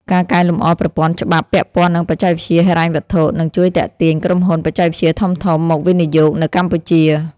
ការកែលម្អប្រព័ន្ធច្បាប់ពាក់ព័ន្ធនឹងបច្ចេកវិទ្យាហិរញ្ញវត្ថុនឹងជួយទាក់ទាញក្រុមហ៊ុនបច្ចេកវិទ្យាធំៗមកវិនិយោគនៅកម្ពុជា។